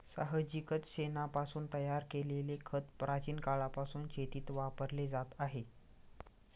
साहजिकच शेणापासून तयार केलेले खत प्राचीन काळापासून शेतीत वापरले जात आहे